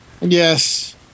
Yes